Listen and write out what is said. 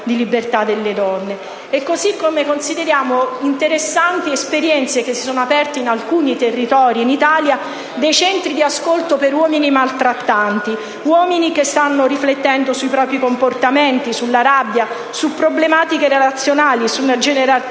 di libertà delle donne. Allo stesso modo, consideriamo interessanti le esperienze avviate in alcuni territori del nostro Paese di centri di ascolto per uomini maltrattanti, uomini che stanno riflettendo sui propri comportamenti, sulla rabbia, su problematiche relazionali, sulla genitorialità